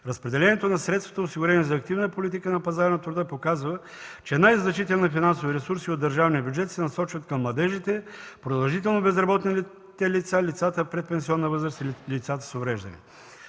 Разпределението на средствата, осигурени за активна политика на пазара на труда, показва, че най-значителни финансови ресурси от държавния бюджет се насочват към младежите, продължително безработните лица, лицата в предпенсионна възраст и лицата с увреждания.